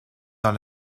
dans